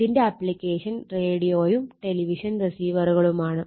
ഇതിന്റെ ആപ്ലിക്കേഷൻ റേഡിയോയും ടെലിവിഷൻ റിസീവറുകളുമാണ്